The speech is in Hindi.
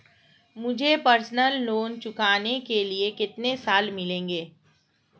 मुझे पर्सनल लोंन चुकाने के लिए कितने साल मिलेंगे?